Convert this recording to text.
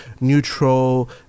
neutral